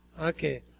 Okay